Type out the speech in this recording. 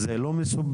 זה לא מסובך,